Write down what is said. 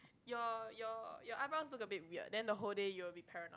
your your your eyebrows looked a bit weird then the whole day you will be paranoid